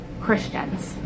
Christians